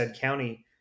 County